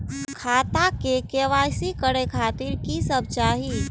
खाता के के.वाई.सी करे खातिर की सब चाही?